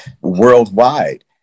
worldwide